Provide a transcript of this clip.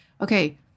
Okay